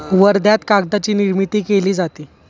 वर्ध्यात कागदाची निर्मिती केली जाते